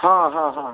ହଁ ହଁ ହଁ ହଁ